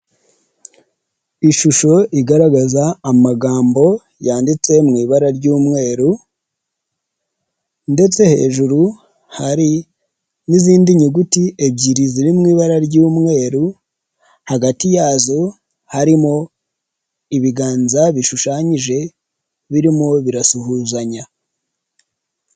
Ishusho igaragaza amagambo yanditse mu ibara ry'umweru, ndetse hejuru hari n'izindi nyuguti ebyiri ziri mu ibara ry'umweru, hagati yazo harimo ibiganza bishushanyije birimo birasuhuzanya.